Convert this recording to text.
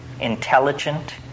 intelligent